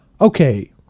okay